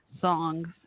songs